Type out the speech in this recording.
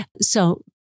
So-